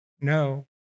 No